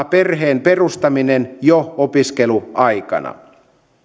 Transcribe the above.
perheen perustaminen jo opiskeluaikana